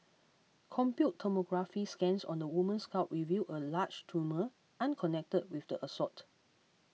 computed tomography scans on the woman's skull revealed a large tumour unconnected with the assault